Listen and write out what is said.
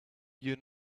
you